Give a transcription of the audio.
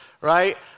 right